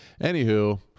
Anywho